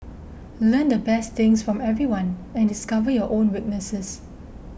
learn the best things from everyone and discover your own weaknesses